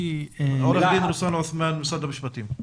עו"ד רוסלאן עותמאן ממשרד המשפטים.